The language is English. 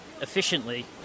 efficiently